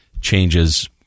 changes